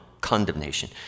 condemnation